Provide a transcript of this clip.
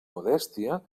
modèstia